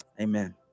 Amen